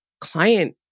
client